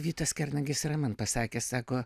vytas kernagis yra man pasakęs sako